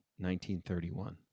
1931